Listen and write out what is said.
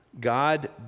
God